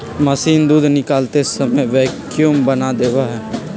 machine दूध निकालते समय वैक्यूम बना देवा हई